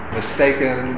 mistaken